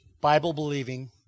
Bible-believing